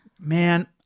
Man